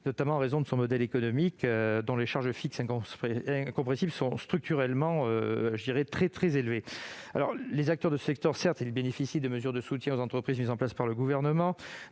notamment en raison de son modèle économique, puisque les charges fixes, incompressibles, sont structurellement très élevées. Certes, les acteurs du secteur bénéficient des mesures de soutien aux entreprises mises en place par le Gouvernement,